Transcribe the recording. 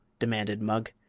demanded mugg.